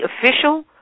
official